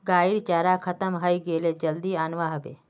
गाइर चारा खत्म हइ गेले जल्दी अनवा ह बे